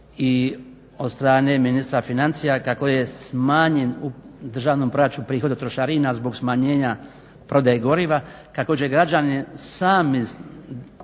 i od strane ministra financija kako je smanjen u državnom proračunu prihod od trošarina zbog smanjenja prodaje goriva, kako će građani sami